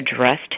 addressed